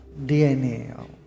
DNA